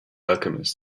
alchemist